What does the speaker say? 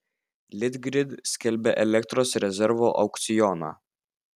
litgrid skelbia elektros rezervo aukcioną